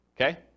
Okay